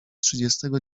trzydziestego